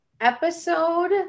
Episode